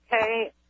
Okay